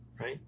right